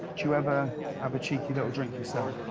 you ever have a cheeky little drink?